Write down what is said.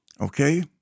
okay